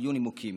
היו נימוקים.